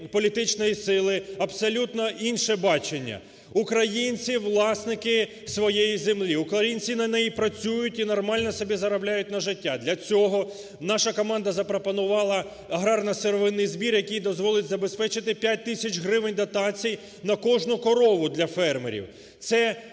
політичної сили абсолютно інше бачення. Українці - власники своєї землі, українці на неї працюють і нормально собі заробляють на життя. Для цього наша команда запропонувала аграрно-сировинний збір, який дозволить забезпечити 5 тисяч гривень дотацій на кожну корову для фермерів.